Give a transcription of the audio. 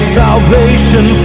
salvation